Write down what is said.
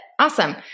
Awesome